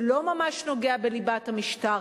שהוא לא ממש נוגע בליבת המשטר,